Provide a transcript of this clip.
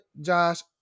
Josh